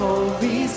Holy